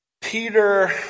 Peter